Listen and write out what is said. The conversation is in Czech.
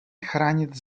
chránit